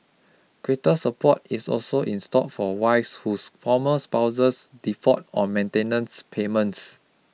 greater support is also in store for wives whose former spouses default on maintenance payments